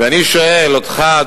ואני שואל אותך,